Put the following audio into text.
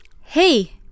Hey